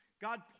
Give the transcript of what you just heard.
God